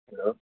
hello